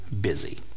busy